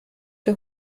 der